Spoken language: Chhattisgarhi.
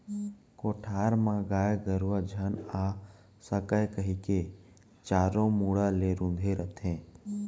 कोठार म गाय गरूवा झन आ सकय कइके चारों मुड़ा ले रूंथे जाथे